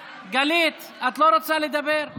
גלית, את לא רוצה לדבר?